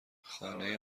خانه